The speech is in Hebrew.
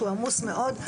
שהוא עמוס מאוד,